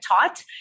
taught